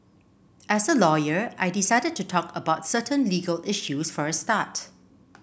as a lawyer I decided to talk about certain legal issues for a start